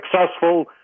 successful